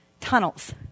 tunnels